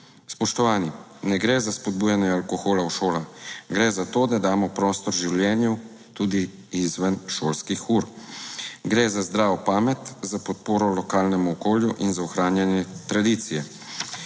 Spoštovani, ne gre za spodbujanje alkohola v šolah, gre za to, da damo prostor življenju tudi izven šolskih ur. Gre za zdravo pamet, za podporo lokalnemu okolju in za ohranjanje tradicije.